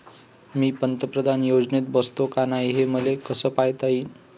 मी पंतप्रधान योजनेत बसतो का नाय, हे मले कस पायता येईन?